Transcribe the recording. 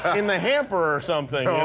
in the hamper or something. oh,